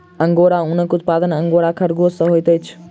angora ऊनक उत्पादन angora खरगोश सॅ होइत अछि